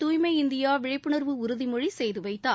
தூய்மை இந்தியா விழிப்புணர்வு உறுதிமொழி செய்துவைத்தார்